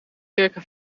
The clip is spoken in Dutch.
circa